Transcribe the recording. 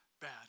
bad